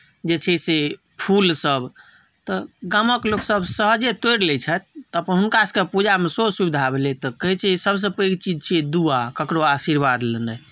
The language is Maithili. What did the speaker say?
जे छै से फूलसभ तऽ गामक लोकसभ सहजे तोड़ि लैत छथि तऽ अपन हुनकासभकेँ पूजामे सेहो सुविधा भेलै तऽ कहैत छै सभसँ पैघ चीज छियै दुआ ककरो आशीर्वाद लेनाय